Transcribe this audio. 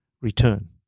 return